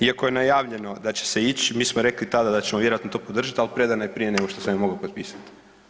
Iako je najavljeno da će se ići, mi smo rekli tada da ćemo vjerojatno to podržati, ali predana je prije nego što sam ju mogao potpisati.